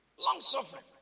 Long-suffering